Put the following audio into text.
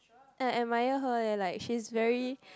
I admire her leh like she's very